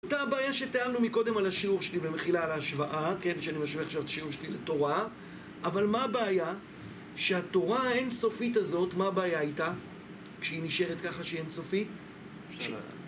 אותה הבעיה שטענו מקודם על השיעור שלי במחילה על ההשוואה כן, שאני משווה עכשיו את השיעור שלי לתורה אבל מה הבעיה? שהתורה האינסופית הזאת, מה הבעיה איתה? שהיא נשארת ככה שהיא אינסופית? ש...